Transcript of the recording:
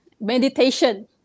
meditation